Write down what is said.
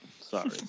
Sorry